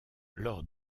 lors